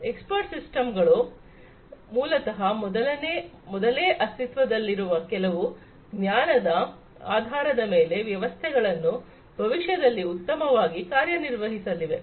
expert system ಮೂಲತಃ ಮೊದಲೇ ಅಸ್ತಿತ್ವದಲ್ಲಿರುವ ಕೆಲವು ಜ್ಞಾನದ ಆಧಾರದ ಮೇಲೆ ವ್ಯವಸ್ಥೆಗಳು ಭವಿಷ್ಯದಲ್ಲಿ ಉತ್ತಮವಾಗಿ ಕಾರ್ಯನಿರ್ವಹಿಸಲಿವೆ